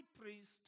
priest